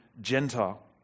Gentile